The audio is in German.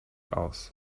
aus